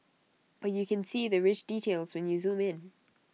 but you can see the rich details when you zoom in